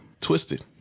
twisted